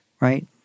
right